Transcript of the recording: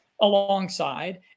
alongside